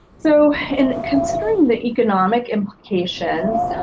so in considering the economic implications,